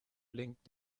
blinkt